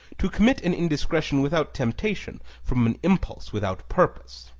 to commit an indiscretion without temptation, from an impulse without purpose.